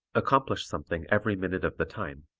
accomplish something every minute of the time.